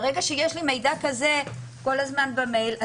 ברגע שיש לי מידע כזה כל הזמן במייל,